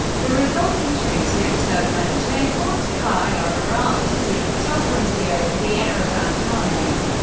the resulting treaty of turkmenchay, forced qajar iran to cede sovereignty over the erivan khanate,